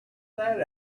that